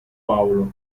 paolo